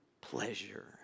pleasure